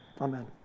Amen